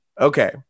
okay